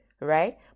right